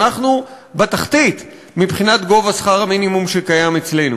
אנחנו בתחתית מבחינת גובה שכר המינימום שקיים אצלנו.